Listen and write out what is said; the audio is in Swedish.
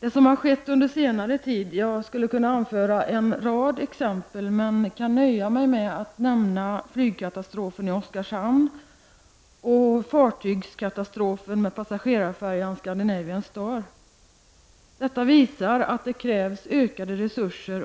Det som har skett under senare tid — jag skulle kunna anföra en rad exempel, men kan nöja mig med att nämna flygkatastrofen i Oskarshamn och fartygskatastrofen med passagerarfärjan Skandinavian Star — visar att det krävs ökade